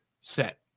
set